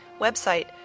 Website